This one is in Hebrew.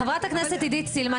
חברת הכנסת עידית סילמן,